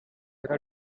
there